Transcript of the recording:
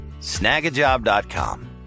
Snagajob.com